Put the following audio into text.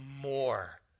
more